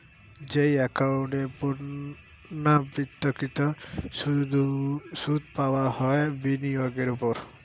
যেই একাউন্ট এ পূর্ণ্যাবৃত্তকৃত সুধ পাবা হয় বিনিয়োগের ওপর